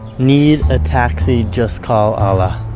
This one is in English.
need a taxi, just call ah alaa.